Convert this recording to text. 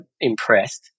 impressed